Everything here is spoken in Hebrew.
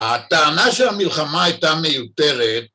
‫הטענה שהמלחמה הייתה מיותרת...